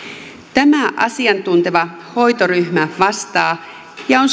tämä asiantunteva hoitoryhmä vastaa ja on